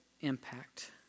impact